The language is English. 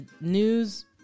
news